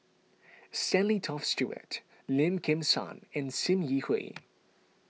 Stanley Toft Stewart Lim Kim San and Sim Yi Hui